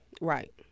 Right